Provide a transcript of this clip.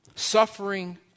Suffering